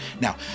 Now